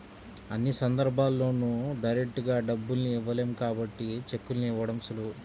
అన్ని సందర్భాల్లోనూ డైరెక్టుగా డబ్బుల్ని ఇవ్వలేం కాబట్టి చెక్కుల్ని ఇవ్వడం సులువు